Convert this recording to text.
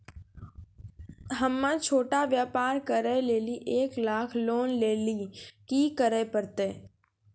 हम्मय छोटा व्यापार करे लेली एक लाख लोन लेली की करे परतै?